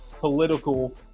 political